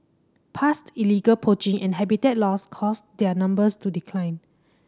past illegal poaching and habitat loss caused their numbers to decline